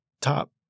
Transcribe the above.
Top